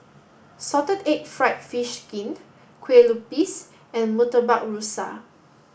salted egg fried fish skin Kueh Lupis and Murtabak Rusa